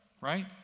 right